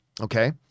Okay